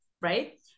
Right